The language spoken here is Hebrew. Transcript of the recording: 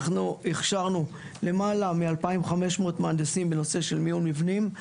אנחנו הכשרנו למעלה מ-2,500 מהנדסים בנושא של מיון מבנים.